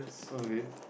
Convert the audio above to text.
oh really